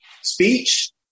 speech